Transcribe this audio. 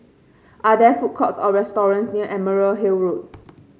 are there food courts or restaurants near Emerald Hill Road